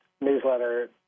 newsletter